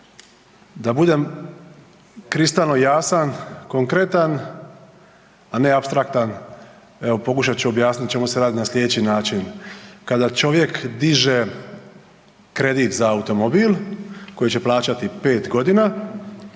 Da budem kristalno jasan, konkretan, a ne apstraktan evo pokušat ću objasniti o čemu se radi na slijedeći način. Kada čovjek diže kredit za automobil koji će plaćati 5 godina